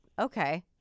okay